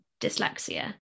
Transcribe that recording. dyslexia